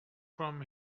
from